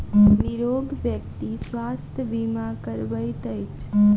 निरोग व्यक्ति स्वास्थ्य बीमा करबैत अछि